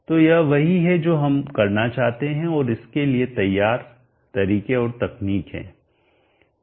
तो यह वही है जो हम करना चाहते हैं और इसके लिए तैयार तरीके और तकनीक हैं